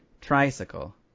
Tricycle